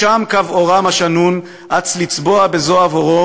/ ומשם קו אורם השנון / אץ לצבוע בזוהב אורו